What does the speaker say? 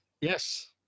Yes